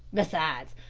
besides,